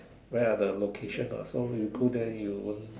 where are the location ah so you go there you won't